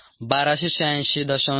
6 s 21